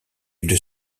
une